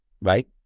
right